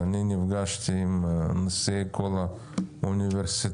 נפגשתי עם כל נשיאי האוניברסיטאות,